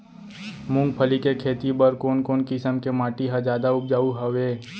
मूंगफली के खेती बर कोन कोन किसम के माटी ह जादा उपजाऊ हवये?